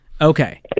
Okay